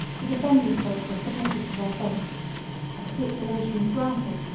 the defenders of acre submitted to their fate a capitulation was granted,